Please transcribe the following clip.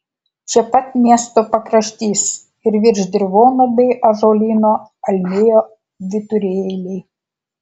čia pat miesto pakraštys ir virš dirvonų bei ąžuolyno almėjo vyturėliai